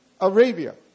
Arabia